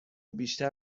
بیشتر